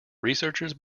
researchers